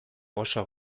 oso